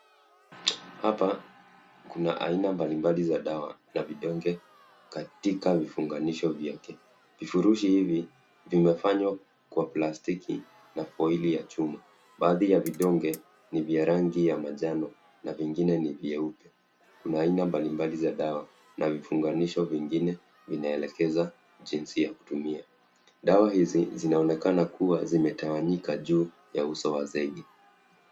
Hapa kuna aina mbalimbali za dawa ya vidonge katika vifunganisho vyake. Vifurushi hivi vimefanywa kwa plastiki na koili ya chuma. Baadhi ya vidonge ni vya rangi ya manjano na vingine ni vyeupe. Kuna aina mbalimbali za dawa na vifunganisho vingine vinaelekeza jinsi ya kutumia. Dawa hizi zinaonekana kuwa zimetawanyika juu ya uso wa zege.